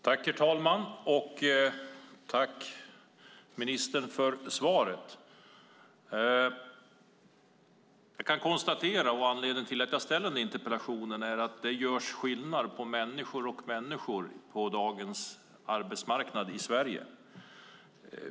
Herr talman! Tack, ministern, för svaret! Anledningen till att jag har ställt interpellationen är att det görs skillnad på människor och människor på dagens arbetsmarknad i Sverige.